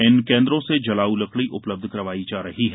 इन केन्द्रों से जलाऊ लकड़ी उपलब्ध करवाई जा रही है